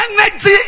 energy